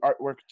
artwork